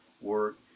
work